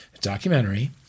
Documentary